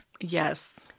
Yes